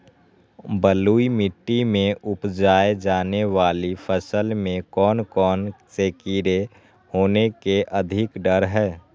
बलुई मिट्टी में उपजाय जाने वाली फसल में कौन कौन से कीड़े होने के अधिक डर हैं?